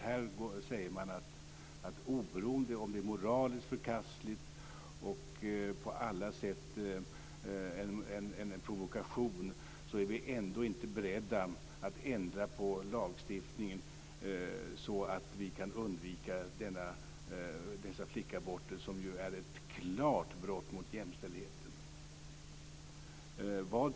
Här säger man att oberoende av om det är moraliskt förkastligt och på alla sätt en provokation är vi ändå inte beredda att ändra lagstiftningen så att vi kan undvika flickaborter, som är ett klart brott mot jämställdheten.